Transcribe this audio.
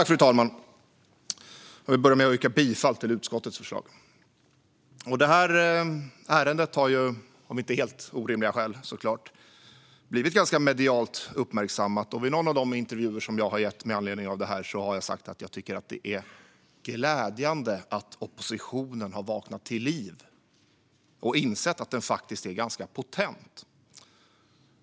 Fru talman! Jag yrkar bifall till utskottets förslag. Detta ärende har av förklarliga skäl blivit ganska medialt uppmärksammat, och vid någon av de intervjuer jag har gett med anledning av detta har jag sagt att jag tycker att det är glädjande att oppositionen har vaknat till liv och insett att den faktiskt är ganska potent.